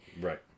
Right